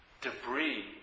debris